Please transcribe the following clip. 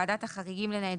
ועדת החריגים לניידות,